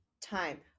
time –